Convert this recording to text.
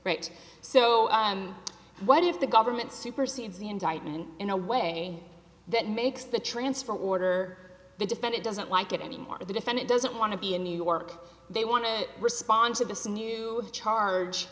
right so what if the government supersedes the indictment in a way that makes the transfer order the defendant doesn't like it anymore or the defendant doesn't want to be in new york they want to respond to this new charge